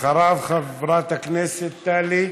אחריו, חברת הכנסת טלי.